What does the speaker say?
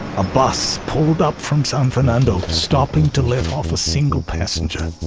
a bus pulled up from san fernando, stopping to let off a single passenger.